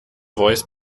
voice